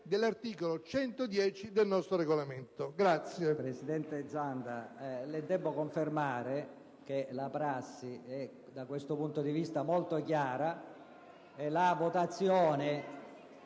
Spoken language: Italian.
dell'articolo 110 del nostro Regolamento.